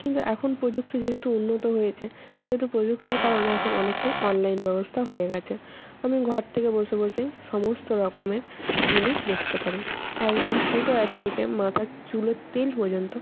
কিন্তু এখন প্রযুক্তি যেহেতু উন্নত হয়েছে সেহেতু প্রযুক্তির কারণে এখন অনেকটাই অনলাইন ব্যবস্থা হয়ে গেছে আমি ঘর থেকে বসে বসেই সমস্ত রকমের জিনিস দেখতে পারি একদম ফুটওয়্যার থেকে মাথার চুলের তেল পর্যন্ত